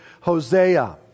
Hosea